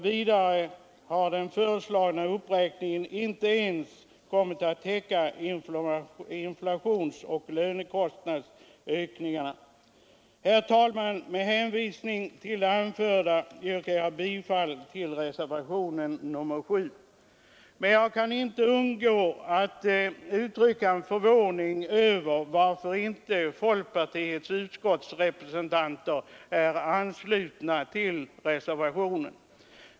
Vidare har den föreslagna uppräkningen inte ens kunnat täcka inflationsoch lönekostnadsökningarna. Herr talman! Med hänvisning till det anförda yrkar jag bifall till reservationen 7. Jag kan emellertid inte undgå att uttrycka min förvåning över att inte folkpartiets utskottsrepresentanter anslutit sig till reservationen.